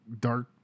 dark